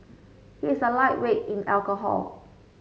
he is a lightweight in alcohol